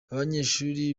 abanyeshuri